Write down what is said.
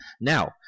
Now